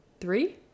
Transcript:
Three